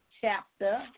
chapter